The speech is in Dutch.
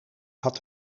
had